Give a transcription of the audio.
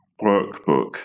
workbook